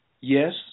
Yes